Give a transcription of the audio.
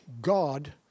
God